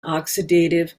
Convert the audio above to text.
oxidative